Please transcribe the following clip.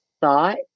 thought